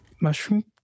mushroom